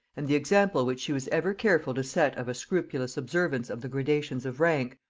and the example which she was ever careful to set of a scrupulous observance of the gradations of rank,